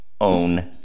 own